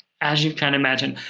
as you can imagine.